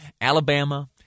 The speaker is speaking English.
Alabama